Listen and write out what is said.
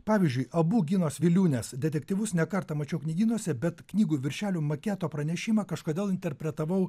pavyzdžiui abu ginos viliūnės detektyvus ne kartą mačiau knygynuose bet knygų viršelių maketo pranešimą kažkodėl interpretavau